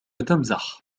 تمزح